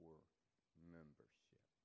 Membership